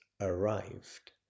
arrived